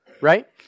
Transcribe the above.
right